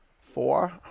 four